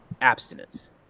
abstinence